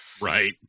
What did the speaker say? Right